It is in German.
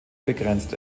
begrenzt